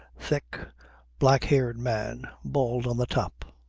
thick black-haired man, bald on the top.